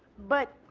but